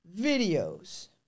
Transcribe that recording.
videos